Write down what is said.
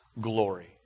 glory